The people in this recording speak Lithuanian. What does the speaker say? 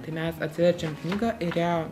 tai mes atsiverčiam knygą ir ją